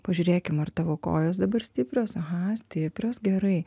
pažiūrėkim ar tavo kojos dabar stiprios aha stiprios gerai